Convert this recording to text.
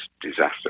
disaster